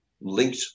linked